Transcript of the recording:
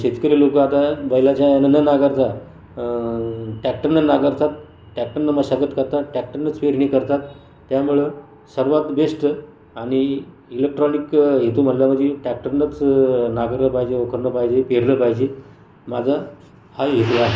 शेतकरी लोक आता बैलाच्या ह्यानं न नांगरता ट्रॅक्टरनं नांगरतात ट्रॅक्टरनं मशागत करतात ट्रॅक्टरनंच पेरणी करतात त्यामुळं सर्वांत बेस्ट आणि इलेक्ट्रॉनिक हेतू म्हणला म्हणजी ट्रॅक्टरनंच नांगरलं पाहिजे वखरलं पाहिजे पेरलं पाहिजे माझा हा हेतू आहे